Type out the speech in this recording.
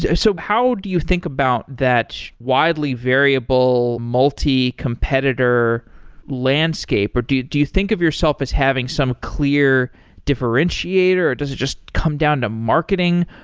ah so how do you think about that widely variable multi-competitor landscape, or do you do you think of yourself as having some clear differentiator, or does it just come down to marketing?